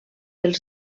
els